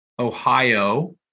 Ohio